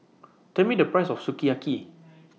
Tell Me The Price of Sukiyaki